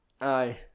Aye